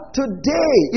today